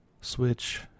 Switch